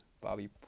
Bobby